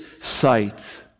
sight